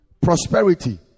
prosperity